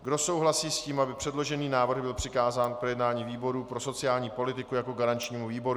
Kdo souhlasí s tím, aby předložený návrh byl přikázán k projednání výboru pro sociální politiku jako garančnímu výboru?